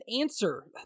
answer